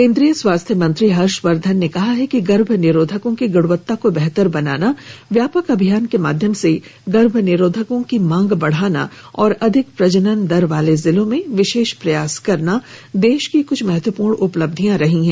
केन्द्रीय स्वास्थ्य मंत्री हर्षवर्द्धन ने कहा है कि गर्भनिरोधकों की गुणवत्ता को बेहतर बनाना व्यापक अभियान के माध्यम से गर्भनिरोधकों की मांग बढ़ाना और अधिक प्रजनन दर वाले जिलों में विशेष प्रयास करना देश की कुछ महत्वपूर्ण उपलब्धियां रही हैं